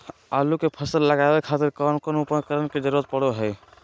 आलू के फसल लगावे खातिर कौन कौन उपकरण के जरूरत पढ़ो हाय?